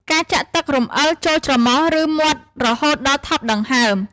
ការចាក់ទឹករំអិលចូលច្រមុះ ឬមាត់រហូតដល់ថប់ដង្ហើម។